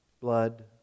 blood